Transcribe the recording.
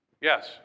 Yes